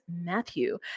Matthew